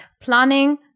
planning